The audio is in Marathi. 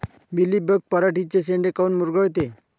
मिलीबग पराटीचे चे शेंडे काऊन मुरगळते?